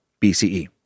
BCE